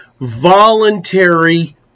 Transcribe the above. voluntary